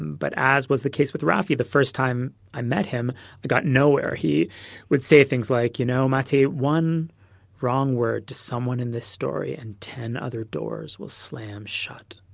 but as was the case with rafi, the first time i met him i got nowhere. he would say things like, you know matti, one wrong word to someone in this story and ten other doors will slam shut.